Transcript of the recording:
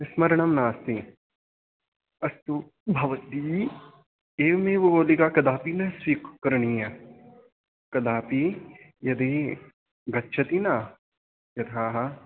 स्मरणं नास्ति अस्तु भवती एवमेव गोलिका कदापि न स्वीकृ करणीया कदापि यदि गच्छति न यथा